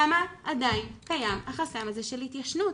למה עדיין קיים החסם הזה של התיישנות?